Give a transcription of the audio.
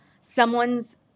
someone's